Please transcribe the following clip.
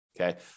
Okay